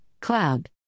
Cloud